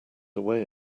away